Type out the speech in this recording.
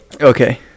Okay